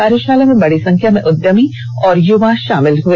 कार्यशाला में बड़ी संख्या में उद्यमी और यूवा शामिल हुए